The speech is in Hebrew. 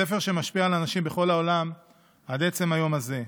ספר שמשפיע על אנשים בכל העולם עד עצם היום הזה.